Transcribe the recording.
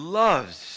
loves